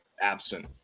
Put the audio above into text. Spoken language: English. absent